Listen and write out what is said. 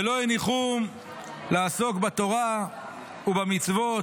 ולא הניחום לעסוק בתורה ובמצוות,